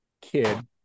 kid